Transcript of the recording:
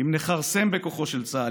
אם נכרסם בכוחו של צה"ל,